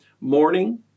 morning